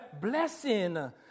blessing